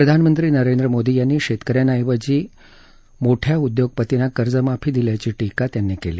प्रधानमंत्री नरेंद्र मोदी यांनी शेतक यांऐवजी उद्योगपतींना कर्जमाफी दिल्याची टीका त्यांनी केली